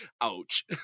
Ouch